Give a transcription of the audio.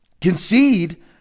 concede